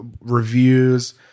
reviews